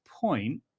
point